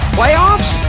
playoffs